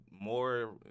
more